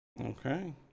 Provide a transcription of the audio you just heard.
Okay